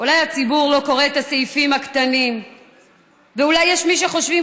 אולי הציבור לא קורא את הסעיפים הקטנים ואולי יש מי שחושבים